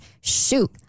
shoot